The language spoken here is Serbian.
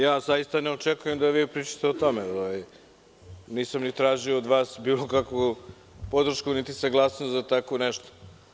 Ja zaista ne očekujem da vi pričate o tome, nisam ni tražio od vas bilo kakvu podršku niti saglasnost za tako nešto.